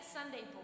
Sunday